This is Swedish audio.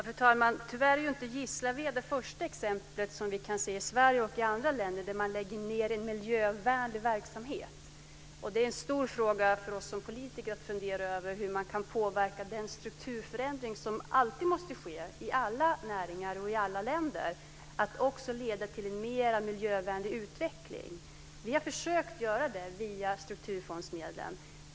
Fru talman! Tyvärr är inte Gislaved det första exemplet vi kan se i Sverige och i andra länder på att man lägger ned en miljövänlig verksamhet. Det är en stor fråga för oss som politiker att fundera över hur man kan påverka den strukturförändring som alltid måste ske i alla näringar och i alla länder så att den också leder till en mer miljövänlig utveckling. Vi har försökt göra det via strukturfondsmedlen.